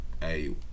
Hey